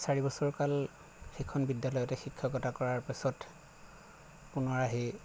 চাৰিবছৰ কাল সেইখন বিদ্যালয়তে শিক্ষকতা কৰাৰ পাছত পুনৰ আহি